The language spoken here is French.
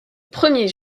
premier